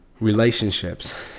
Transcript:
Relationships